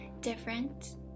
different